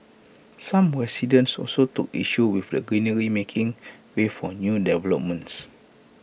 some residents also took issue with the greenery making way for new developments